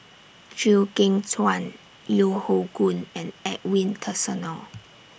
Chew Kheng Chuan Yeo Hoe Koon and Edwin Tessensohn